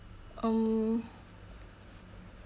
um